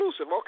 Okay